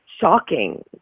shocking